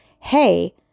hey